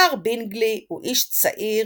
מר בינגלי הוא איש צעיר,